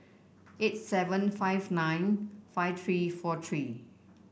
eight seven five nine five three four three